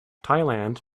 thailand